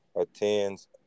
attends